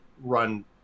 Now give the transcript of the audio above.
run